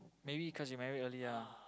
maybe cause you married early ah